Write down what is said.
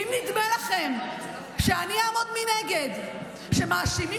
ואם נדמה לכם שאני אעמוד מנגד כשמאשימים